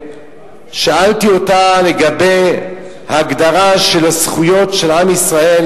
שאלתי אותה לגבי ההגדרה של הזכויות של עם ישראל,